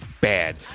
bad